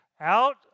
out